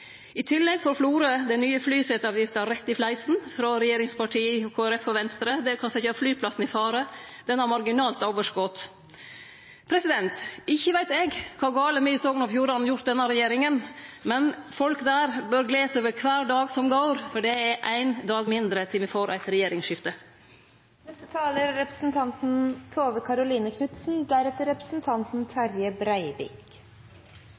I tillegg får Florø den nye flyseteavgifta rett i fleisen frå regjeringspartia, Kristeleg Folkeparti og Venstre. Det kan setje flyplassen i fare, han har marginalt med overskot. Ikkje veit eg kva gale me i Sogn og Fjordane har gjort denne regjeringa, men folk der bør gle seg over kvar dag som går, for det er éin dag mindre til me får eit